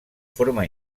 forma